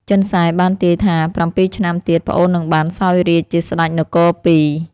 ចិនសែបានទាយថាប្រាំពីរឆ្នាំទៀតប្អូននឹងបានសោយរាជ្យជាស្ដេចនគរពីរ។